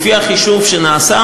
לפי החישוב שנעשה,